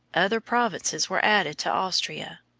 other provinces were added to austria.